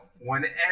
whenever